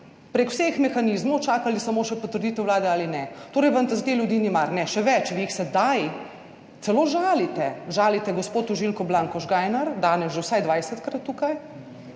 prek vseh mehanizmov, čakali samo še potrditev vlade ali ne. Torej vam za te ljudi ni mar Ne, še več, vi jih sedaj celo žalite, žalite gospo tožilko Blanko Žgajnar, danes že vsaj 20-krat tukaj,